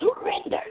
surrender